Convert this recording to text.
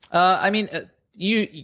i mean you you